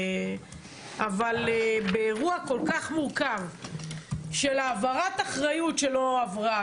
אבל באירוע כל כך מורכב של העברת אחריות שלא הועברה,